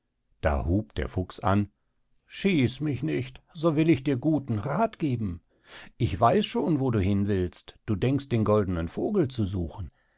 da hub der fuchs an schieß mich nicht so will ich dir guten rath geben ich weiß schon wo du hin willst du denkst den goldenen vogel zu suchen